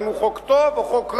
אם הוא חוק טוב או חוק רע,